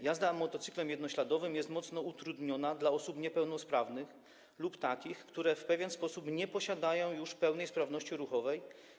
Jazda motocyklem jednośladowym jest mocno utrudniona dla osób niepełnosprawnych lub takich, które nie posiadają już pełnej sprawności ruchowej.